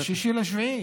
ב-6 ביולי.